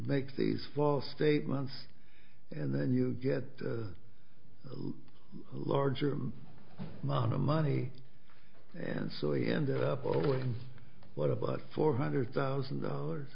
makes these false statements and then you get a larger amount of money and so he ended up with what about four hundred thousand dollars